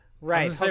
right